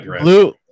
Blue